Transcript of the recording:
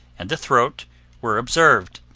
and the throat were observed.